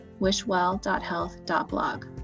wishwell.health.blog